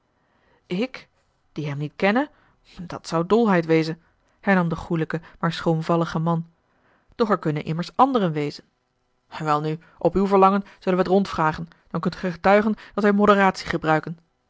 ik die hem niet kenne dat zou dolheid wezen hernam de goêlijke maar schroomvallige man doch er kunnen immers anderen wezen welnu op uw verlangen zullen wij t rondvragen dan kunt gij getuigen dat wij moderatie gebruiken